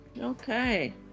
okay